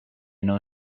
non